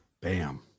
bam